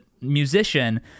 musician